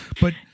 But-